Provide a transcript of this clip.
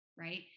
right